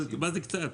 מה זה קצת זמן?